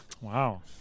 Wow